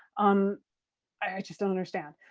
um i just don't understand.